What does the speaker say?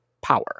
power